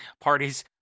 parties